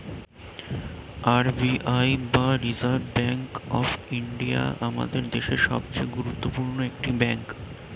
R B I বা reserve bank of India আমাদের দেশের সবচেয়ে গুরুত্বপূর্ণ একটি ব্যাঙ্ক